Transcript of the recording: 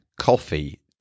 coffee